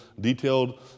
detailed